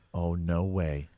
oh no way,